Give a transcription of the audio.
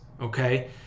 Okay